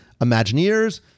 Imagineers